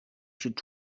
should